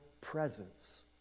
presence